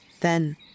Then